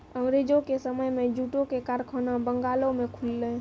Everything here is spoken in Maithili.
अंगरेजो के समय मे जूटो के कारखाना बंगालो मे खुललै